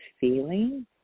feeling